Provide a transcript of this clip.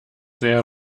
sehr